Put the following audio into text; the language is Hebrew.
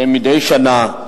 מדי שנה.